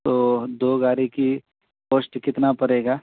تو دو گاری کی کوسٹ کتنا پرے گا